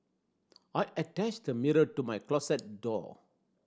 I attached a mirror to my closet door